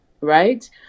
Right